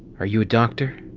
are you a doctor?